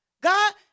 God